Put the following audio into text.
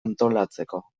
antolatzeko